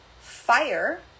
fire